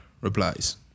replies